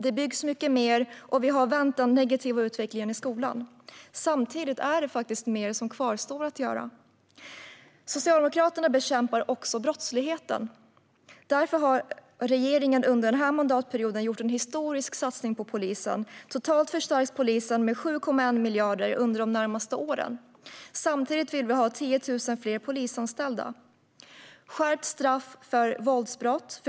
Det byggs mycket mer, och vi har vänt den negativa utvecklingen i skolan. Samtidigt är det mer som kvarstår att göra. Socialdemokraterna bekämpar också brottsligheten. Därför har regeringen under den här mandatperioden gjort en historisk satsning på polisen. Totalt förstärks polisen med 7,1 miljarder kronor under de närmaste åren. Samtidigt vill vi ha 10 000 fler polisanställda.